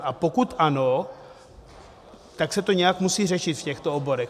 A pokud ano, tak se to nějak musí řešit v těchto oborech.